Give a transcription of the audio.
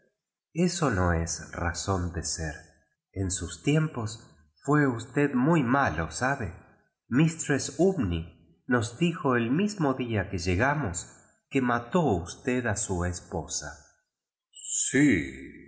eso no es razón de ser en sus tiem pos fue usted muy malo subef mistxess umney nos dijo el mismo día que llegamos que mató usted a su esposa sí lo